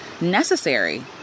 necessary